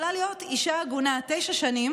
יכולה להיות אישה עגונה תשע שנים